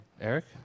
Eric